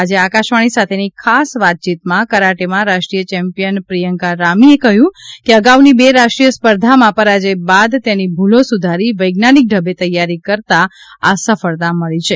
આજે આકાશવાણી સાથેની ખાસ વાતચીતમાં કરાટેમાં રાષ્ટ્રીય ચેમ્પીયન પ્રિયંકા રામીએ કહ્યું કે અગાઉની બે રાષ્ટ્રીય સ્પર્ધામાં પરાજય બાદ તેની ભુલો સુધારી વૈજ્ઞાનિક ઢબે તૈયારી કરતાં આ સફળતા મળી છે